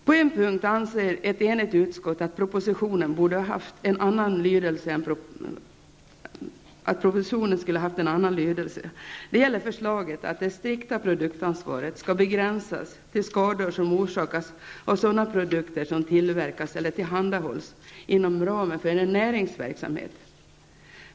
På en punkt anser ett enigt utskott att propositionen borde haft en annan lydelse. Det gäller förslaget att det strikta produktansvaret skall begränsas till skador som orsakas av sådana produkter som tillverkas eller tillhandahålls inom ramen för näringsverksamhet.